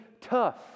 tough